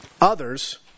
others